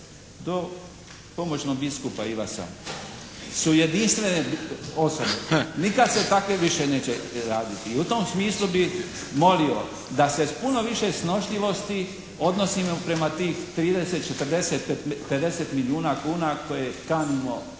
do pomoćnog biskupa Ivasa, su jedinstvene osobe. Nikada se takve više neće raditi. I u tom smislu bi molio da se s puno više snošljivosti, odnosima prema tih 30, 40, 50 milijuna kuna koje kanimo